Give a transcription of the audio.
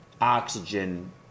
oxygen